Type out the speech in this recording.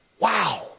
Wow